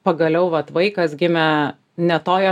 pagaliau vat vaikas gimė ne toje